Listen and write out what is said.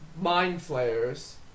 mind-flayers